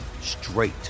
straight